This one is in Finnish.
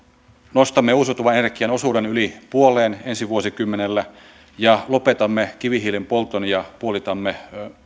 nostamme uusiutuvan energian osuuden yli puoleen ensi vuosikymmenellä ja lopetamme kivihiilen polton ja puolitamme